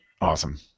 Awesome